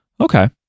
Okay